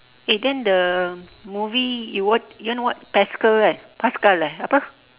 eh then the movie you want you want to watch pascal eh pascal eh apa